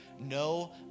no